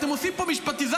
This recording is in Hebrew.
אתם עושים פה משפטיזציה,